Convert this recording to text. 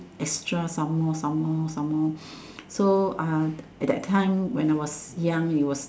extra some more some more some more so uh at that time when I was young it was